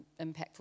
impactful